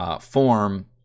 form